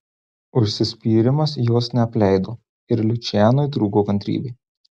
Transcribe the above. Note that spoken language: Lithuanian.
užsispyrimas jos neapleido ir lučianui trūko kantrybė